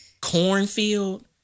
cornfield